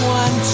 one